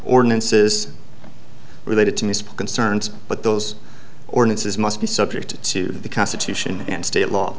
ordinances related to me concerns but those ordinances must be subject to the constitution and state law